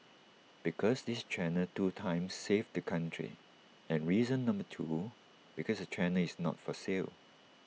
because this channel two times saved the country and reason number two because the channel is not for sale